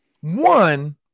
one